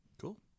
Cool